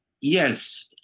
Yes